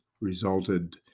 resulted